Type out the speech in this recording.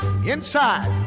inside